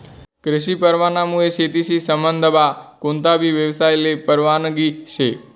कृषी परवानामुये शेतीशी संबंधमा कोणताबी यवसायले परवानगी शे